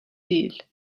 değil